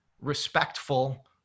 respectful